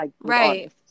Right